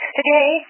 Today